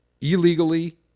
illegally